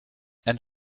end